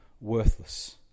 worthless